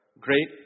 great